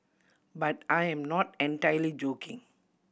but I am not entirely joking